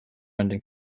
ending